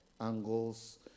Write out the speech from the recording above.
angles